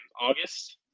August